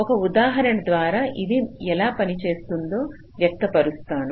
ఒక ఉదాహరణ ద్వారా ఇది ఎలా పని చేస్తుందో వ్యక్తపరుస్తాను